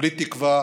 כולי תקווה